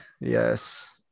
Yes